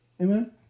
Amen